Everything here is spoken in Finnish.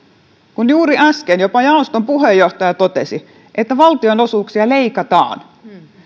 kun juuri äsken jopa jaoston puheenjohtaja totesi että valtionosuuksia leikataan